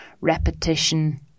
repetition